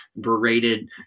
berated